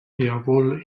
jawohl